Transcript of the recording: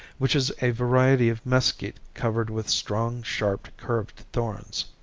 which is a variety of mesquite covered with strong, sharp, curved thorns.